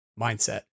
mindset